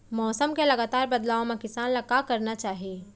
मौसम के लगातार बदलाव मा किसान ला का करना चाही?